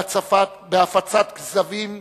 בהפצת כזבים,